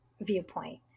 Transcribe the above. viewpoint